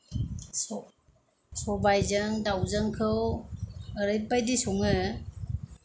स' सबायजों दावजोंखौ ओरैबायदि सङो